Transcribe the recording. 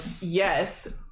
yes